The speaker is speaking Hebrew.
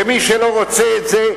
ומי שלא רוצה את זה,